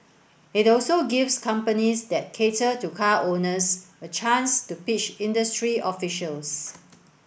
it also gives companies that cater to car owners a chance to pitch industry officials